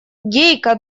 гейка